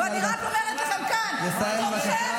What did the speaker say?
אני רק אומרת לכם כאן, לסיים, בבקשה.